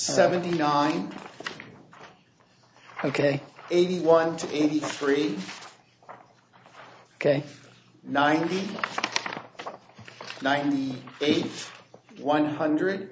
seventy nine ok eighty one to eighty three ok ninety ninety eight one hundred